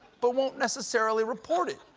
but won't necessarily report it,